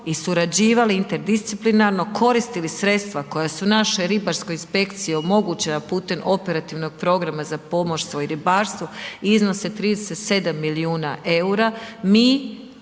i surađivali interdisciplinarno, koristili sredstva koje su naše ribarske inspekcije omogućile pute operativnog programa za pomorstvo i ribarstvo, iznose 37 milijuna eura, mi